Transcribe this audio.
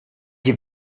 you